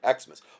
Xmas